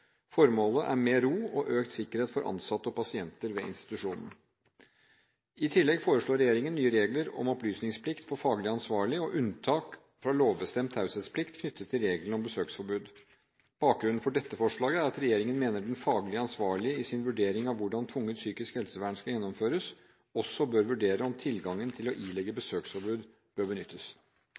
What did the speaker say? Formålet er mer ro og økt sikkerhet for ansatte og pasienter ved institusjonen. I tillegg foreslår regjeringen nye regler om opplysningsplikt for faglig ansvarlig og unntak fra lovbestemt taushetsplikt knyttet til reglene om besøksforbud. Bakgrunnen for dette forslaget er at regjeringen mener den faglig ansvarlige i sin vurdering av hvordan tvungent psykisk helsevern skal gjennomføres, også bør vurdere om tilgangen til å ilegge besøksforbud bør benyttes.